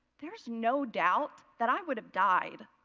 there's no doubt that i would have died.